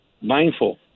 mindful